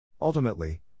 Ultimately